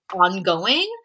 ongoing